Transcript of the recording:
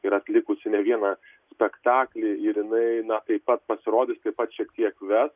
yra atlikusi ne vieną spektaklį ir jinai na taip pat pasirodys taip pat šiek tiek ves